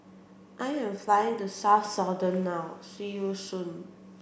I am flying to South Sudan now see you soon